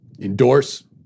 endorse